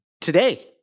Today